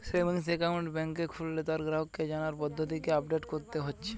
savings account বেংকে খুললে তার গ্রাহককে জানার পদ্ধতিকে আপডেট কোরতে হচ্ছে